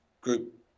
group